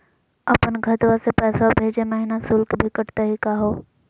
अपन खतवा से पैसवा भेजै महिना शुल्क भी कटतही का हो?